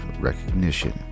recognition